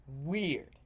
weird